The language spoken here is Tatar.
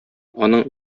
аның